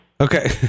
Okay